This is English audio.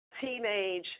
teenage